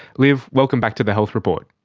liv, welcome back to the health report.